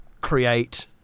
create